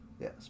Yes